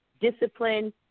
discipline